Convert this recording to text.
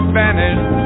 vanished